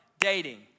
dating